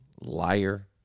liar